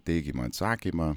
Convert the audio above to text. teigiamą atsakymą